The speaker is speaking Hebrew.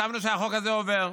וחשבנו שהחוק הזה עובר.